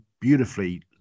beautifully